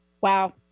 Wow